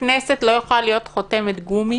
הכנסת לא יכולה להיות חותמת גומי